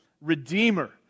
Redeemer